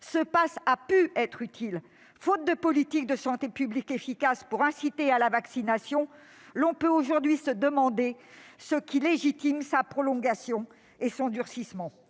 ce passe a pu être utile, faute de politique de santé publique efficace pour inciter à la vaccination, on peut aujourd'hui se demander ce qui légitime sa prolongation et son durcissement.